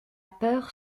peur